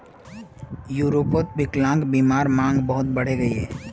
यूरोपोत विक्लान्ग्बीमार मांग बहुत बढ़े गहिये